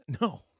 No